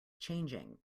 changing